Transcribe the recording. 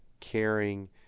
caring